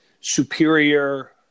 superior